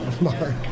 Mark